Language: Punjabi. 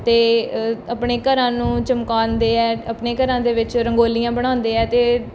ਅਤੇ ਆਪਣੇ ਘਰਾਂ ਨੂੰ ਚਮਕਾਉਂਦੇ ਹੈ ਆਪਣੇ ਘਰਾਂ ਦੇ ਵਿੱਚ ਰੰਗੋਲੀਆਂ ਬਣਾਉਂਦੇ ਹੈ ਅਤੇ